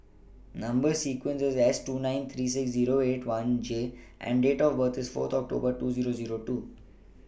Number sequence IS S two nine three six Zero eight one J and Date of birth IS Fourth October two Zero Zero two